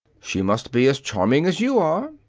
she must be as charming as you are.